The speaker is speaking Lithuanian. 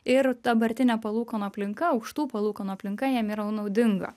ir dabartinė palūkanų aplinka aukštų palūkanų aplinka jam yra naudinga